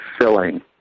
filling